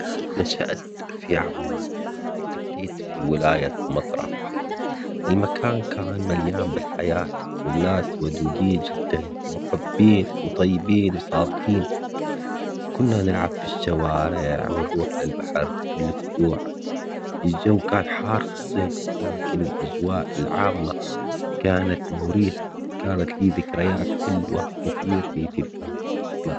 نشأت في عمان بالتحديد في ولاية مطرح، المكان كان مليان بالحياة والناس ودودين جداً ومحبين وطيبين وصادقين، كنا نلعب في الشوارع ونروح للبحر كل أسبوع، الجو كان حار في الصيف لكن الأجواء العامة كانت مريحة كانت لي ذكريات حلوة كثير في تلك المرحلة.